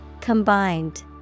Combined